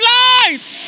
lights